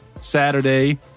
Saturday